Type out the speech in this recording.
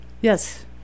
Yes